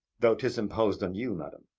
though tis imposed on you, madam.